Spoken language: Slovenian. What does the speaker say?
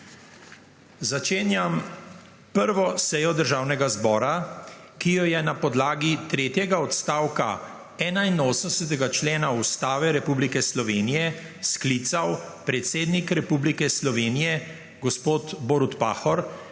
Začenjam 1. sejo Državnega zbora, ki jo je na podlagi tretjega odstavka 81. člena Ustave Republike Slovenije sklical predsednik Republike Slovenije gospod Borut Pahor,